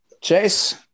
Chase